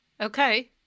Okay